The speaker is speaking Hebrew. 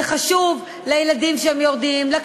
זה חשוב לילדים כשהם יורדים לרחוב,